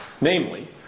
namely